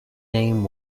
name